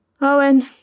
Owen